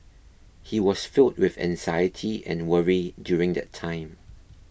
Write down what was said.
he was filled with anxiety and worry during that time